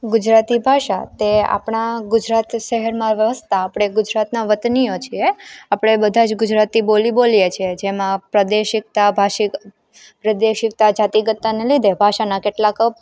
ગુજરાતી ભાષા તે આપણાં ગુજરાત શહેરમાં વસતા આપણે ગુજરાતનાં વતનીઓ છીએ આપણે બધાં જ ગુજરાતી બોલી બોલીએ છીએ જેમાં પ્રદેશિક્તા ભાષી પ્રાદેશિકતા જાતિગતતાને લીધે ભાષાના કેટલાક